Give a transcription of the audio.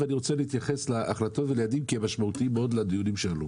ואני רוצה להתייחס להחלטות וליעדים כי הם משמעותיים מאוד לדיונים שעלו.